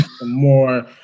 more